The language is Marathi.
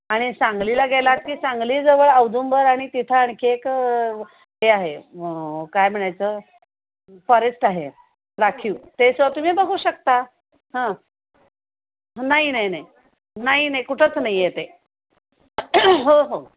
आणि सांगलीला गेला की सांगलीजवळ औदुंबर आणि तिथं आणखी एक हे आहे काय म्हणायचं फॉरेस्ट आहे राखीव त्याचं तुम्ही बघू शकता हां नाही नाही नाही नाही नाही कुठंच नाही आहे ते हो हो